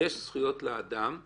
שיש זכויות לאדם,